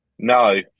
No